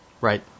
Right